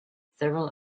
several